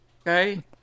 Okay